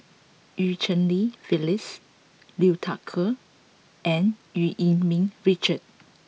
Eu Cheng Li Phyllis Liu Thai Ker and Eu Yee Ming Richard